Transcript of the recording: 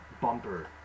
bumper